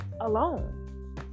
alone